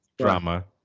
drama